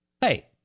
hey